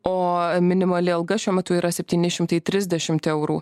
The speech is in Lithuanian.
o minimali alga šiuo metu yra septyni šimtai trisdešimt eurų